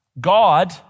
God